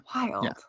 Wild